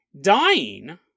dying